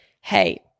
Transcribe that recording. Hey